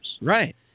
Right